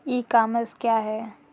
ई commerce क्या है?